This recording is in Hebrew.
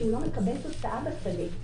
כי הוא לא מקבל תוצאה בשדה.